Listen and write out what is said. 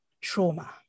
trauma